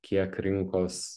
kiek rinkos